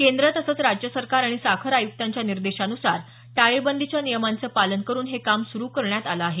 केंद्र तसंच राज्य सरकार आणि साखर आयुक्ताच्या निर्देशानुसार टाळेबंदीच्या नियमांचं पालन करून हे काम सुरू करण्यात आलं आहे